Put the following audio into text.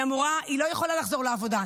היא לא יכולה לחזור לעבודה,